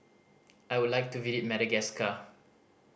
I would like to visit Madagascar